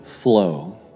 flow